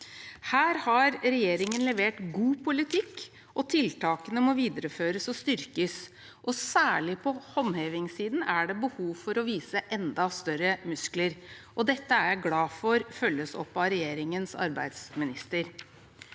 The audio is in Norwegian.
Her har regjeringen levert god politikk, og tiltakene må videreføres og styrkes. Særlig på håndhevingssiden er det behov for å vise enda større muskler, og dette er jeg glad for at følges opp av regjeringens arbeidsminister.